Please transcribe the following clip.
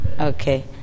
Okay